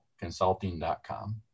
consulting.com